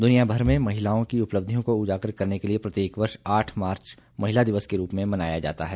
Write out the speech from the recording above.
दुनिया भर में महिलाओं की उपलब्धियों को उजागर करने के लिए प्रत्येक वर्ष आठ मार्च महिला दिवस के रूप में मनाया जाता है